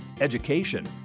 education